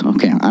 Okay